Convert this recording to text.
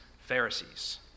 Pharisees